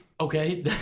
okay